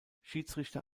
schiedsrichter